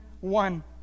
one